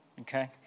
Okay